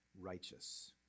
Righteous